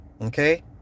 okay